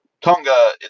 Tonga